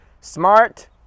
smart